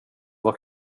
vara